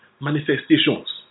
manifestations